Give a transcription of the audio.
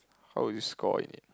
how did you score in it